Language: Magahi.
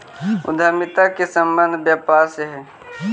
उद्यमिता के संबंध व्यापार से हई